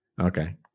Okay